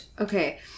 Okay